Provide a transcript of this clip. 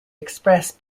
express